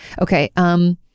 Okay